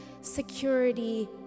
security